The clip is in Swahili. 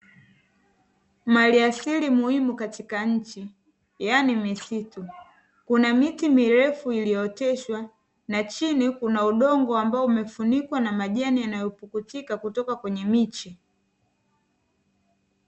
Maliasili muhimu katika nchi yani misitu, kuna miti mirefu iliyooteshwa na chini kuna udongo ambao umefunikwa na majani yanayopukutika kutoka kwenye miti.